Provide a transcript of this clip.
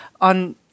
on